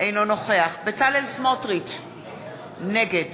אינו נוכח בצלאל סמוטריץ, נגד